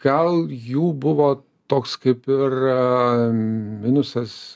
gal jų buvo toks kaip ir minusas